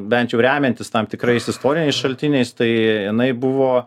bent jau remiantis tam tikrais istoriniais šaltiniais tai jinai buvo